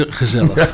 gezellig